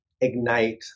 ignite